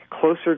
closer